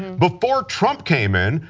before trump came in,